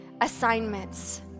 assignments